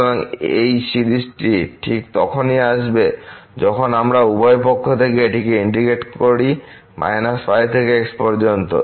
সুতরাং এই সিরিজটি ঠিক তখনই আসছে যখন আমরা উভয় পক্ষ থেকে এটিকে ইন্টিগ্রেট করি π থেকে x পর্যন্ত